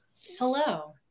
Hello